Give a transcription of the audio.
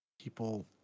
people